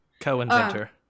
Co-inventor